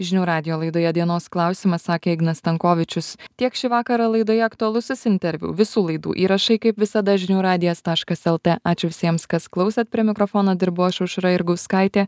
žinių radijo laidoje dienos klausimas sakė ignas stankovičius tiek šį vakarą laidoje aktualusis interviu visų laidų įrašai kaip visada žinių radijas taškas lt ačiū visiems kas klausėt prie mikrofono dirbau aš aušra jurgauskaitė